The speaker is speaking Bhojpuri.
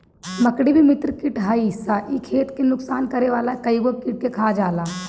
मकड़ी भी मित्र कीट हअ इ खेत के नुकसान करे वाला कइगो कीट के खा जाला